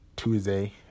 Tuesday